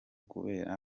kubera